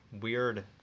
weird